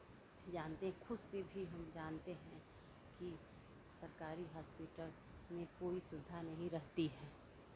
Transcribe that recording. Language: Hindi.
जानते खुद से भी हम जानते हैं कि सरकारी हॉस्पिटल में कोई सुविधा नहीं रहती है